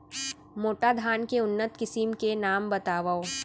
मोटा धान के उन्नत किसिम के नाम बतावव?